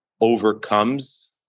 overcomes